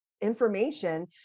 information